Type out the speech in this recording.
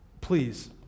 please